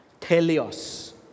Telios